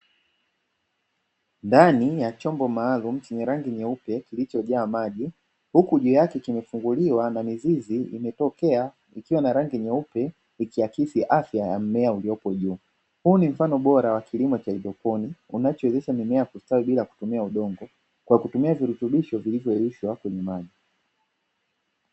Ndani ya chombo maalumu chenye rangi nyeupe kilichojaa maji huku juu yake kimefunguliwa na mizizi imetokea ikiwa na rangi nyeupe ikiakisi afya ya mmea uliopo juu. Huu ni mfano bora wa kilimo cha haidroponi unachowezesha mimea kustawi bila kutumia udongo kwa kutumia virutubisho vilivyoyeyushwa kwenye maji.